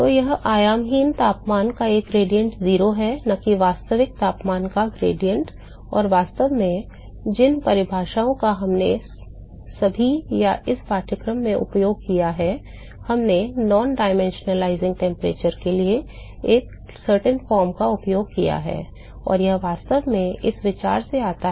तो यह आयामहीन तापमान का ग्रेडिएंट 0 है न कि वास्तविक तापमान का ग्रेडिएंट और वास्तव में जिन परिभाषाओं का हमने सभी या इस पाठ्यक्रम में उपयोग किया है हमने गैर आयामी तापमान के लिए एक निश्चित रूप का उपयोग किया है और यह वास्तव में इस विचार से आता है